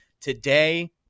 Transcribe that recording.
today